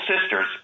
Sisters